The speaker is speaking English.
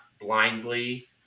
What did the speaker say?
blindly